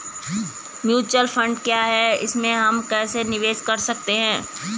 Mutual fund क्या है इसमें हम कैसे निवेश कर सकते हैं?